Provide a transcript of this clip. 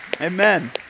amen